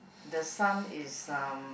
the son is um